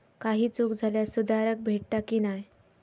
काही चूक झाल्यास सुधारक भेटता की नाय?